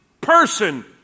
person